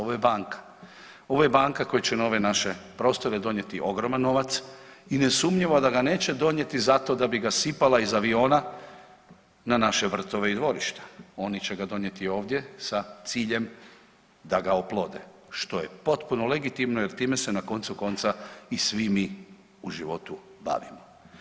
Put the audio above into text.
Ovo je banka, ovo je banka koja će na ove naše prostore donijeti ogroman novac i nesumnjivo da ga neće donijeti zato da bi ga sipala iz aviona na naše vrtove i dvorišta, oni će ga donijeti ovdje sa ciljem da ga oplode, što je potpuno legitimno jer time se na koncu konca i svi mi u životu bavimo.